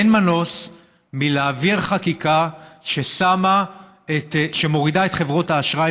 אין מנוס מלהעביר חקיקה שמורידה את חברות האשראי